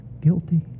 guilty